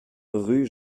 rue